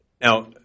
Now